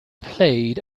played